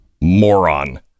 Moron